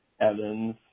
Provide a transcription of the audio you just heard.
Evans